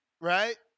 right